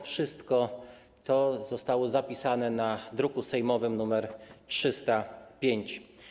Wszystko to zostało zawarte w druku sejmowym nr 305.